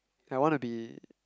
I wanna be